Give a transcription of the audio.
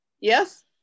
yes